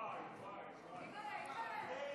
אימאל'ה, אימאל'ה.